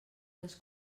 les